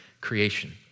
creation